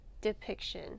depiction